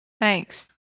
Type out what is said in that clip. Thanks